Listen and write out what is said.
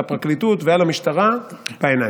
על הפרקליטות ועל המשטרה בעיניים.